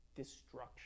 destruction